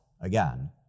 again